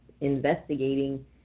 investigating